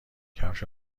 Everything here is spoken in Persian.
کفش